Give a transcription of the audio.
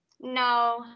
no